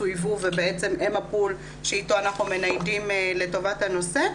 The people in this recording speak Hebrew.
טוייבו ובעצם הן הפול שאיתו אנחנו מניידים טובת הנושא.